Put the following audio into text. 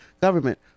government